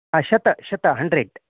शतं शतं हण्ड्रेड्